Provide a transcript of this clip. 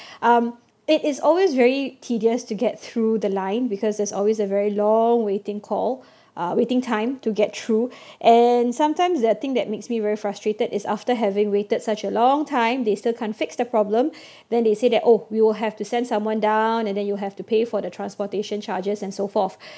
um it is always very tedious to get through the line because there's always a very long waiting call uh waiting time to get through and sometimes the thing that makes me very frustrated is after having waited such a long time they still can't fix the problem then they say that oh we will have to send someone down and then you have to pay for the transportation charges and so forth